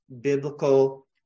biblical